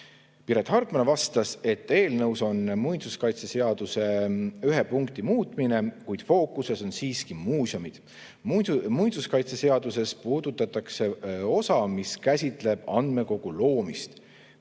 Piret Hartman vastas, et eelnõuga [on kavas muuta] muinsuskaitseseaduse ühte punkti, kuid fookuses on siiski muuseumid. Muinsuskaitseseaduses puudutatakse osa, mis käsitleb andmekogu loomist.